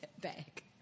back